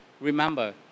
Remember